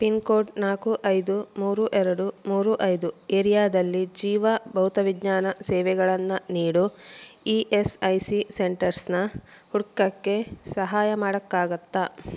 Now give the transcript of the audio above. pin code ನಾಲ್ಕು ಐದು ಮೂರು ಎರಡು ಮೂರು ಐದು ಏರಿಯಾದಲ್ಲಿ ಜೀವ ಭೌತವಿಜ್ಞಾನ ಸೇವೆಗಳನ್ನು ನೀಡು ಇ ಎಸ್ ಐ ಸಿ ಸೆಂಟರ್ಸ್ನ ಹುಡ್ಕೋಕ್ಕೆ ಸಹಾಯ ಮಾಡೋಕ್ಕಾಗುತ್ತಾ